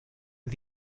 the